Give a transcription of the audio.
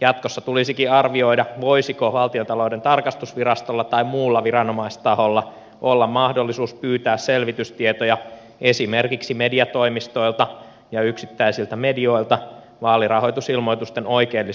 jatkossa tulisikin arvioida voisiko valtiontalouden tarkastusvirastolla tai muulla viranomaistaholla olla mahdollisuus pyytää selvitystietoja esimerkiksi mediatoimistoilta ja yksittäisiltä medioilta vaalirahoitusilmoitusten oikeellisuuden